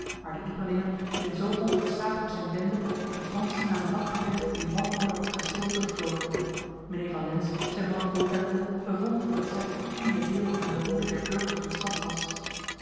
maar de ieperlingen vielen zo onversaagd op zijn bende dat de fransen na een lang gevecht in wanorde op het kasteel terugvloden mijnheer van lens zijn mannen optellende bevond dat slechts het tiende deel aan de woede der burgers ontsnapt was